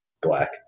black